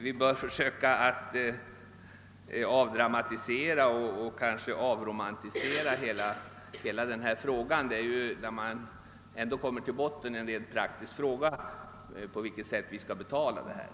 Vi bör avromantisera hela den na fråga. Det är ändå, när man kommer till botten med problemet, en rent praktisk fråga på vilket sätt vi skall betala detta.